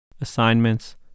assignments